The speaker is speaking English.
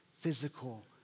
physical